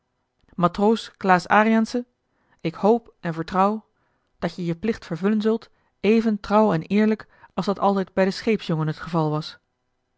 matroos klaas ariensze ik hoop en vertrouw dat je je plicht vervullen zult even trouw en eerlijk als dat altijd bij den scheepsjongen het geval was